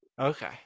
okay